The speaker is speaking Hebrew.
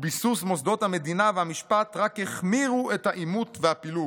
וביסוס מוסדות המדינה והמשפט רק החמירו את העימות והפילוג,